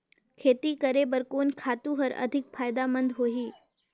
खेती करे बर कोन खातु हर अधिक फायदामंद होही?